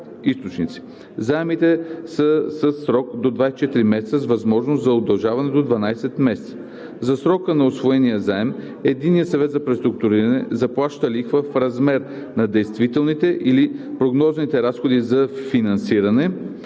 източници. Заемите са със срок до 24 месеца с възможност за удължаване с 12 месеца. За срока на усвоения заем Единният съвет за преструктуриране заплаща лихва в размер на действителните или прогнозните разходи за финансиране